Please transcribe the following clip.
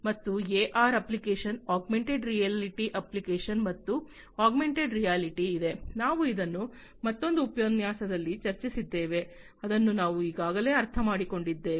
ಮತ್ತು AR application augmented reality application ಮತ್ತು augmented reality ಇದೆ ನಾವು ಅದನ್ನು ಮತ್ತೊಂದು ಉಪನ್ಯಾಸದಲ್ಲಿ ಚರ್ಚಿಸಿದ್ದೇವೆ ಅದನ್ನು ನಾವು ಈಗಾಗಲೇ ಅರ್ಥಮಾಡಿಕೊಂಡಿದ್ದೇವೆ